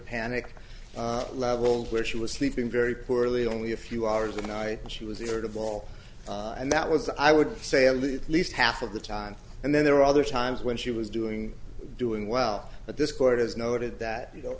panic level where she was sleeping very poorly only a few hours a night she was a third of all and that was i would say at least half of the time and then there are other times when she was doing doing well but this court has noted that you know